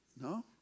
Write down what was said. No